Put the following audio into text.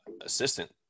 assistant